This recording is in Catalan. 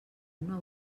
una